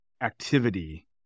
activity